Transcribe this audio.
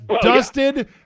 dusted